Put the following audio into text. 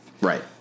Right